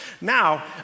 Now